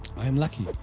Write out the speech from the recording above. i am lucky,